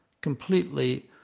completely